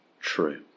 true